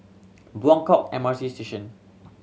Buangkok M R T Station